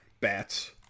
Bats